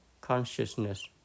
consciousness